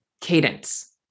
cadence